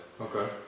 Okay